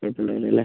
അല്ലേ